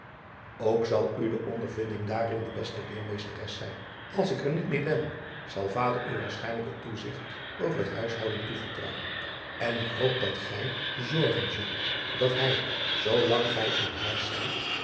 ook zal u de ondervinding daarin de beste leermeesteres zijn als ik er niet meer ben zal vader u waarschijnlijk het toezigt over het huishouden toevertrouwen en ik hoop dat gij zorgen zult dat hij zoo lang gij in huis zijt